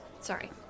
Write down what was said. Sorry